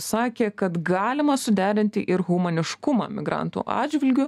sakė kad galima suderinti ir humaniškumą migrantų atžvilgiu